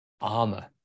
armor